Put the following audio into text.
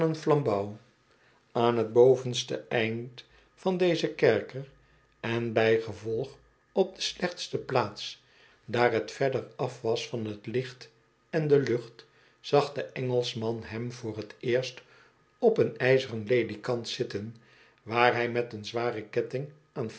aan t bovenste eind van dezen kerker en bijgevolg op de slechtste plaats daar t verder afwas van t licht en de lucht zag de engelschman hem voor t eerst op een ijzeren ledekant zitten waar hij met een zwaren ketting aan